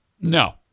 No